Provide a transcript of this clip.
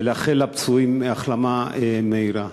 ולאחל לפצועים החלמה מהירה.